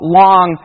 long